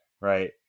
right